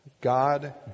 God